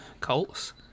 Colts